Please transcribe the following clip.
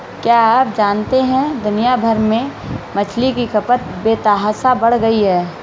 क्या आप जानते है दुनिया भर में मछली की खपत बेतहाशा बढ़ गयी है?